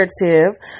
narrative